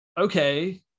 Okay